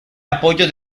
apoyo